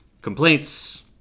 complaints